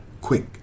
quick